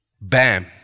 Bam